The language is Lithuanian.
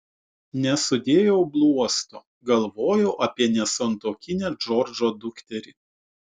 nesudėjau bluosto galvojau apie nesantuokinę džordžo dukterį